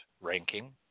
ranking